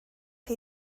chi